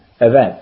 event